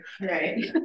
right